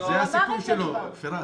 זה הסיכום שלו, פראס.